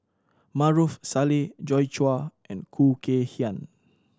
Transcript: Maarof Salleh Joi Chua and Khoo Kay Hian